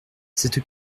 cette